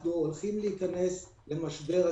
אנחנו נכנסים למשבר עצום.